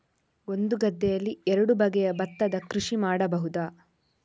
ಒಂದು ಗದ್ದೆಯಲ್ಲಿ ಎರಡು ಬಗೆಯ ಭತ್ತದ ಕೃಷಿ ಮಾಡಬಹುದಾ?